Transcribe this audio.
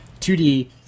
2D